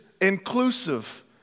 inclusive